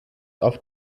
auf